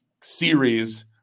series